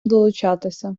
долучатися